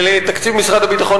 לתקציב משרד הביטחון,